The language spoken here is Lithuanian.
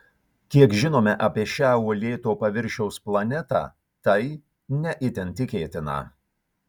kiek žinome apie šią uolėto paviršiaus planetą tai ne itin tikėtina